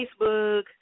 Facebook